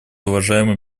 уважаемый